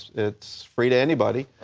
it's free to anybody.